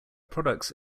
products